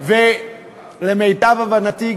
ולמיטב הבנתי,